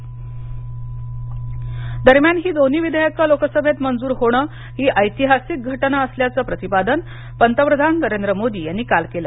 कृषी विधेयक मोदी दरम्यान ही दोन्ही विधेयकं लोकसभेत मंजूर होणं ही ऐतिहासिक घटना असल्याचं प्रतिपादन पंतप्रधान नरेंद्र मोदी यांनी काल केलं